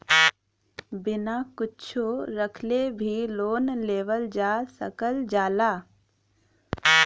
बिना कुच्छो रखले भी लोन लेवल जा सकल जाला